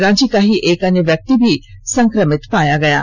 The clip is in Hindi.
रांची का ही एक अन्य व्यक्ति भी संक्रमित पाया गया है